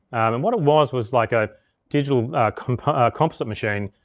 and what it was was like a digital composite composite machine.